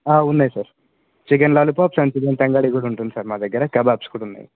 ఉన్నాయి sir chicken lollipop and chicken tangdi కూడా ఉంటుంది సార్ మా దగ్గిర కబాబ్స్ కూడా ఉన్నాయి